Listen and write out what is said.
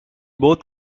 both